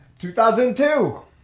2002